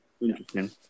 Interesting